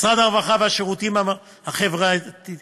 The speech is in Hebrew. משרד הרווחה והשירותים החברתיים,